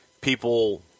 people